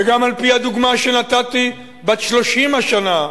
וגם על-פי הדוגמה שנתתי בת 30 השנה,